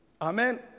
Amen